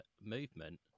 movement